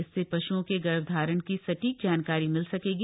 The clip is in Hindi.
इससे पश्ओं के गर्भधारण की सटीक जानकारी मिल सकेगी